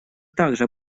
также